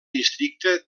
districte